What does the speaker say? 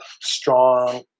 strong